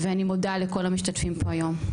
ואני מודה לכל המשתתפים היום.